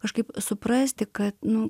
kažkaip suprasti kad nu